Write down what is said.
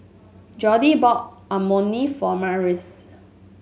Jordi bought Imoni for Marius